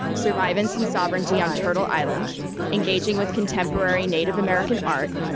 survivance and sovereignty on turtle island engaging with contemporary native american art,